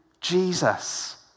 Jesus